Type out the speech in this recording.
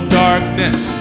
darkness